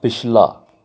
ਪਿਛਲਾ